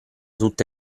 tutte